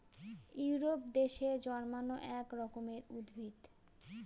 Europe দেশে জন্মানো এক রকমের উদ্ভিদ